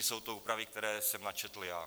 Jsou to úpravy, které jsem načetl já.